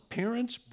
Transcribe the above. parents